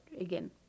again